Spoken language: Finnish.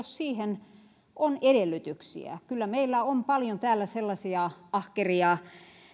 siihen on edellytyksiä kyllä meillä on paljon täällä sellaisia ahkeria